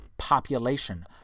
Population